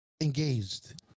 engaged